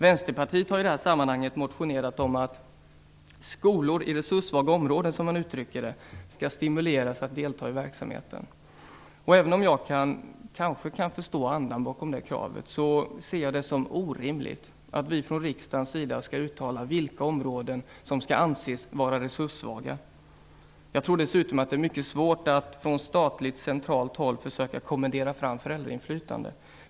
Vänsterpartiet har i detta sammanhang motionerat om att skolor i resurssvaga områden, som man uttrycker det, skall stimuleras att delta i verksamheten. Även om jag kanske kan förstå andan bakom det kravet ser jag det som orimligt att vi ifrån riksdagens sida skall uttala vilka områden som skall anses vara resurssvaga. Jag tror dessutom att det är mycket svårt att från statligt centralt håll försöka kommendera fram föräldrainflytande.